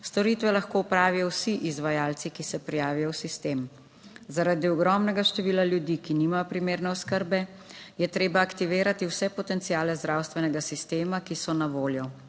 Storitve lahko opravijo vsi izvajalci, ki se prijavijo v sistem. Zaradi ogromnega števila ljudi, ki nimajo primerne oskrbe, je treba aktivirati vse potenciale zdravstvenega sistema, ki so na voljo.